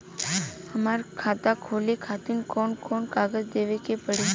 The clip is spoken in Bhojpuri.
हमार खाता खोले खातिर कौन कौन कागज देवे के पड़ी?